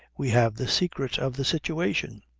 we have the secret of the situation.